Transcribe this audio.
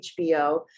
HBO